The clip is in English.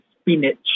spinach